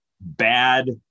bad